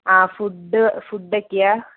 ആ food food ഒക്കെയാ